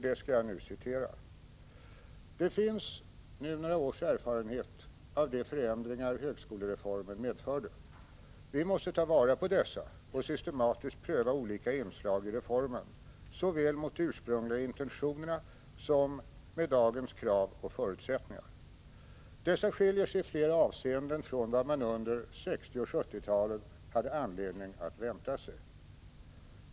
Där sägs bl.a.: ”Det finns nu några års erfarenhet av de förändringar högskolereformen medförde. Vi måste ta vara på dessa och systematiskt pröva olika inslag i reformen, såväl mot de ursprungliga intentionerna som med dagens krav och förutsättningar. Dessa skiljer sig i flera avseenden från vad man under sextio och sjuttiotalen hade anledning att vänta sig-—-—.